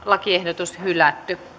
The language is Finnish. lakiehdotus hylätään